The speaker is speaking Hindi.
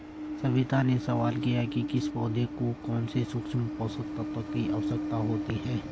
सविता ने सवाल किया कि किस पौधे को कौन से सूक्ष्म पोषक तत्व की आवश्यकता होती है